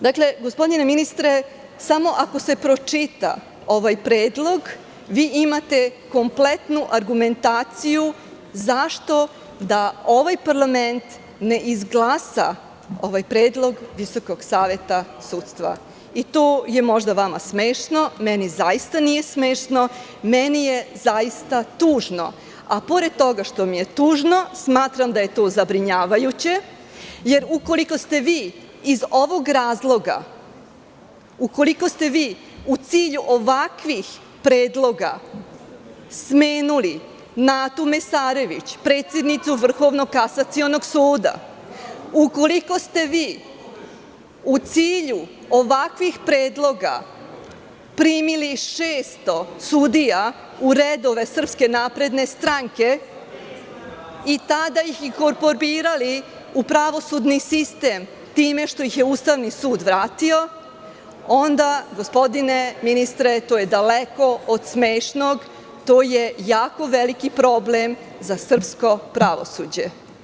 Dakle, gospodine ministre, samo ako se pročita ovaj predlog, vi imate kompletnu argumentaciju zašto da ovaj parlament ne izglasa ovaj predlog Visokog saveta sudstva, i to je možda vama smešno, meni zaista nije smešno, meni je zaista tužno, a pored toga što mi je tužno, smatram da je to zabrinjavajuće, jer ukoliko ste vi iz ovog razloga, ukoliko ste vi u cilju ovakvih predloga smenili Natu Mesarević, predsednicu Vrhovnog kasacionog suda, ukoliko ste vi u cilju ovakvih predloga primili 600 sudija u redove Srpske napredne stranke i tada ih inkorporirali u pravosudni sistem, time što ih je Ustavni sud vratio, onda gospodine ministre, to je daleko od smešnog, to je jako veliki problem za srpsko pravosuđe.